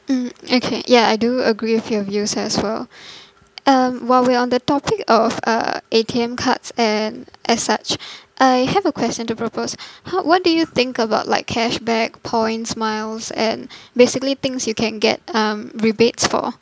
mm okay ya I do agree with your views as well um while we're on the topic of uh A_T_M cards and as such I have a question to propose how what do you think about like cashback points miles and basically things you can get um rebates for